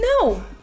No